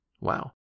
Wow